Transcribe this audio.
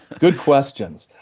good questions.